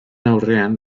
aurrean